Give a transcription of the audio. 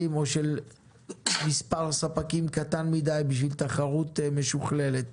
או של מספר ספקים קטן מדי בשביל תחרות משוכללת.